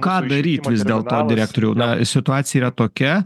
ką daryt vis dėl to direktoriau na situacija yra tokia